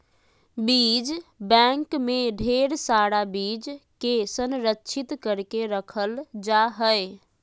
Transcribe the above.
बीज बैंक मे ढेर सारा बीज के संरक्षित करके रखल जा हय